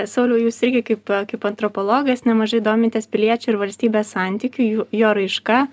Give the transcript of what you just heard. sauliau jūs irgi kaip kaip antropologas nemažai domitės piliečių ir valstybės santykiu jų jo raiška